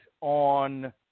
on